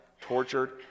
tortured